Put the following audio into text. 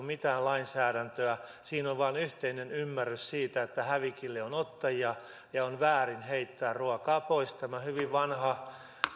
mitään lainsäädäntöä siinä on vain yhteinen ymmärrys siitä että hävikille on ottajia ja on väärin heittää ruokaa pois tämä hyvin vanha